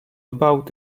about